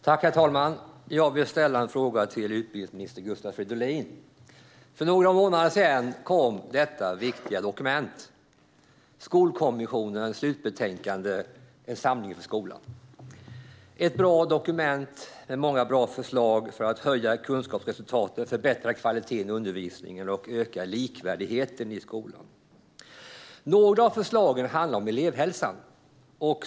Herr talman! Jag vill ställa en fråga till utbildningsminister Gustav Fridolin. För några månader sedan kom det viktiga dokument jag håller upp: Skolkommissionens slutbetänkande Samling för skolan . Det är ett bra dokument med många bra förslag för att höja kunskapsresultaten, förbättra kvaliteten i undervisningen och öka likvärdigheten i skolan. Några av förslagen handlar om elevhälsan.